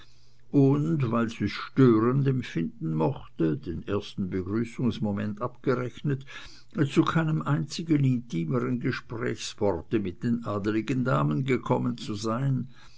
und weil sie's störend empfinden mochte den ersten begrüßungsmoment abgerechnet zu keinem einzigen intimeren gesprächsworte mit den adligen damen gekommen zu sein